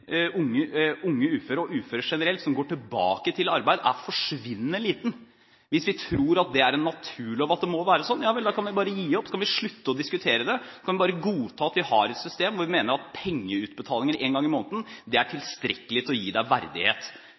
unge uføre og uføre generelt som går tilbake til arbeidslivet, er forsvinnende liten. Hvis vi tror det er en naturlov at det må være slik, ja vel, da kan vi bare gi opp. Da kan vi slutte å diskutere dette, og bare godta at et system med pengeutbetaling én gang i måneden mener vi er tilstrekkelig til å gi mennesker verdighet.